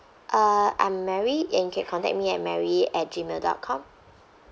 uh I'm mary and you can contact me at mary at gmail dot com